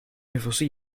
nüfusu